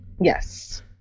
Yes